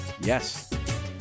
Yes